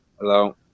Hello